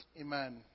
amen